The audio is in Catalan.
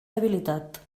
debilitat